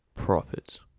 profits